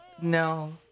No